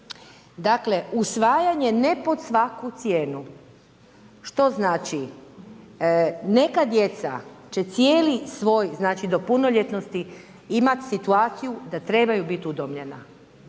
dakle usvajanje ne pod svaku cijenu. Što znači neka djeca će cijeli svoj, znači do punoljetnosti imat situaciju da trebaju biti udomljena,